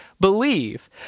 believe